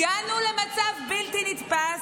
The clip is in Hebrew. הגענו למצב בלתי נתפס,